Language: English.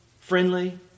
friendly